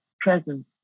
presence